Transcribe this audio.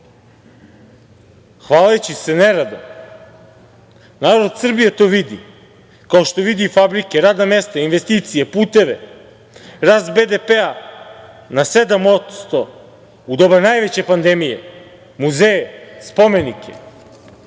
hvaleći se neradom. Narod Srbije to vidi, kao što vidi i fabrike, radna mesta, investicije, puteve, rast BDP-a, na 7% u doba najveće pandemije, muzeje, spomenike